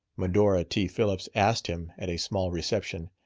medora t. phillips asked him at a small reception.